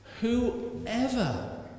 Whoever